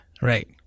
right